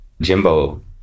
Jimbo